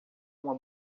uma